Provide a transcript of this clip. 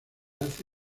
hace